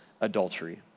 adultery